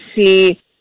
see